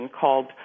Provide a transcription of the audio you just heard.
called